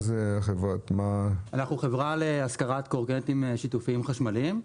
אנחנו חברה להשכרת קורקינטים שיתופיים חשמליים,